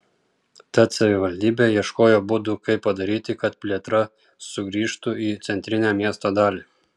tad savivaldybė ieškojo būdų kaip padaryti kad plėtra sugrįžtų į centrinę miesto dalį